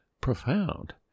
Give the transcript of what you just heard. profound